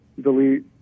delete